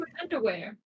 Underwear